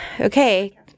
Okay